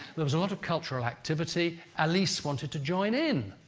there was a lot of cultural activity, alice wanted to join in.